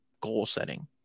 goal-setting